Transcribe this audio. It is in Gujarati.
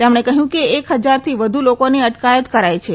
તેમણે કહયું કે એક હજાર થી વધુ લોકોની અટકાયત કરાઇ છે